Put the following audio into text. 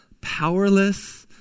powerless